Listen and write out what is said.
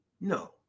No